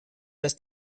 dass